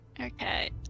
Okay